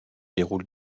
déroule